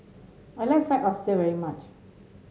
I like Fried Oyster very much